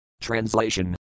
Translation